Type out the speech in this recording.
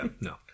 no